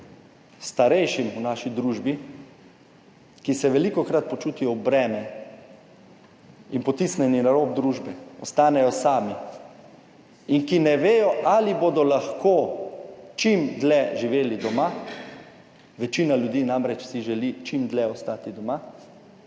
starejšim v naši družbi, ki se velikokrat počutijo breme in potisnjeni na rob družbe, ostanejo sami, in ki ne vedo, ali bodo lahko čim dlje živeli doma, večina ljudi namreč si želi čim dlje ostati doma,